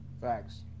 Facts